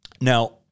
now